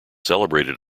celebrated